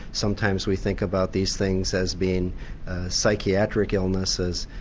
sometimes we think about these things as being psychiatric illnesses.